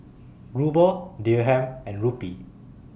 Ruble Dirham and Rupee